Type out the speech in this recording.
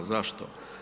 Zašto?